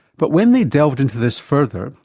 but when they delved into this further,